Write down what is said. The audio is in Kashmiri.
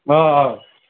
آ آ